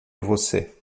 você